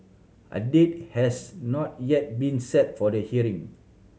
a date has not yet been set for the hearing